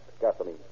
Gasoline